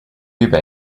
have